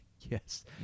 Yes